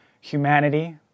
humanity